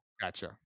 gotcha